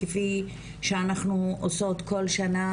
כפי שאנחנו עושות כל שנה,